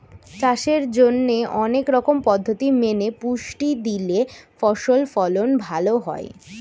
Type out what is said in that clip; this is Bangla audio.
চাষের জন্যে অনেক রকম পদ্ধতি মেনে পুষ্টি দিলে ফসল ফলন ভালো হয়